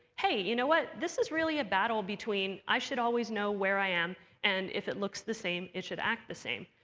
hey, you know what? this is really a battle between i should always know where i am and if it looks the same, it should act the same.